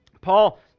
Paul